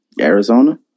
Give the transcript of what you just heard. Arizona